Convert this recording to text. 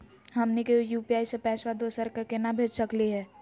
हमनी के यू.पी.आई स पैसवा दोसरा क केना भेज सकली हे?